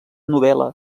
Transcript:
novel·la